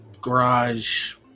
Garage